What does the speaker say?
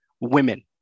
women